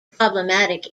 problematic